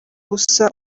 gusa